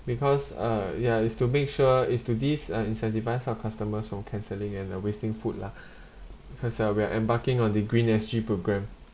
because uh ya it's to make sure it's to dis~ uh incentivise our customers from cancelling and uh wasting food lah because we are embarking on the green S_G program